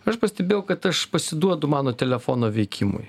aš pastebėjau kad aš pasiduodu mano telefono veikimui